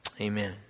Amen